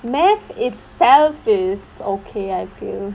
mathematics itself is okay I feel